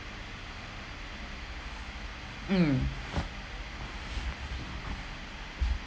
mm